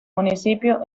municipio